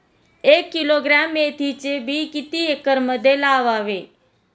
एक किलोग्रॅम मेथीचे बी किती एकरमध्ये लावावे?